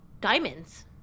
diamonds